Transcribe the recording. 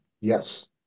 Yes